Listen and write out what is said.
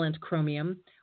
chromium